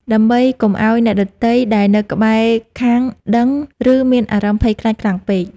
ដើម្បីកុំឱ្យអ្នកដទៃដែលនៅក្បែរខាងដឹង ឬមានអារម្មណ៍ភ័យខ្លាចខ្លាំងពេក។